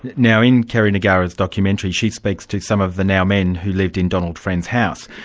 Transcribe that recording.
now in kerry negara's documentary she speaks to some of the now men who lived in donald friend's house,